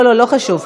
לא לא, לא חשוב.